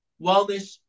wellness